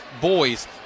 boys